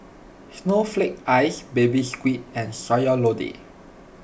Snowflake Ice Baby Squid and Sayur Lodeh